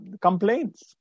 complaints